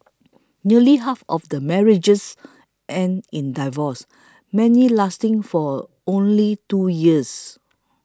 nearly half the marriages end in divorce many lasting for only two years